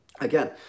again